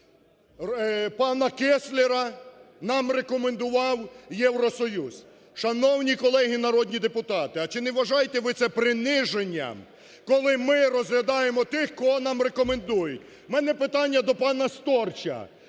Пана Кесслера нам рекомендував Євросоюз. Шановні колеги народні депутати, а чи не вважаєте ви це приниженням, коли ми розглядаємо тих, кого нам рекомендують. У мене питання до пана Сторча.